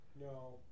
no